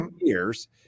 years